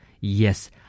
Yes